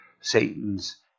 Satan's